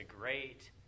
great